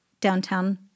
downtown